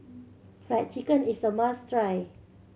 Fried Chicken is a must try